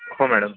हो मॅडम